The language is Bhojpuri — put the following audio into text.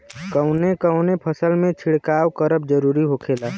कवने कवने फसल में छिड़काव करब जरूरी होखेला?